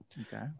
Okay